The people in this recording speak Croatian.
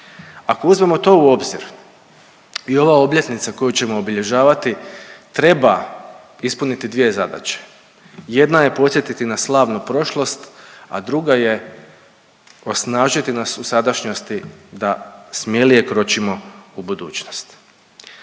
ako uzmemo to u obzir i ova obljetnica koju ćemo obilježavati treba ispuniti dvije zadaće, jedna je podsjetiti na slavnu prošlost, a druga je osnažiti nas u sadašnjosti da smjelije kročimo u budućnost.